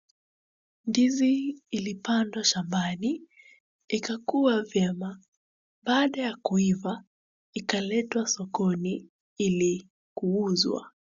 Ndizi ilipandwa shambani, ikakua vyema, baada ya kuiva ikaletwa sokoni ili kuuzwa.